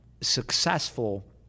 successful